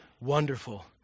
wonderful